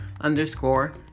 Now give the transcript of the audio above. underscore